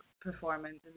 performance